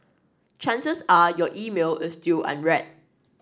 chances are your email is still unread